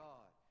God